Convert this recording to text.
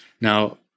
Now